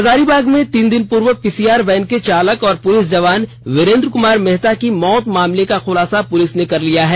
हजारीबाग में तीन दिन पूर्व पीसीआर वैन के चालक और पुलिस जवान वीरेंद्र क्मार मेहता की मौत मामले का खुलासा पुलिस ने कर लिया है